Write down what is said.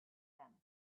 them